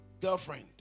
girlfriend